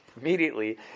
Immediately